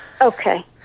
Okay